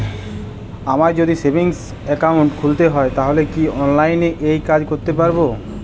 আমায় যদি savings account খুলতে হয় তাহলে কি অনলাইনে এই কাজ করতে পারবো?